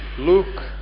Luke